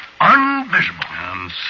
Unvisible